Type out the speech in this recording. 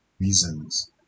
reasons